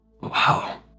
wow